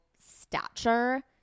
stature